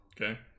okay